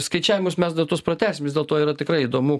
skaičiavimus mes dar tuos pratęsim vis dėlto yra tikrai įdomu